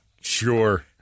sure